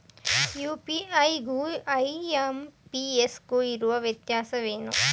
UPI ಗು IMPS ಗು ಇರುವ ವ್ಯತ್ಯಾಸವೇನು?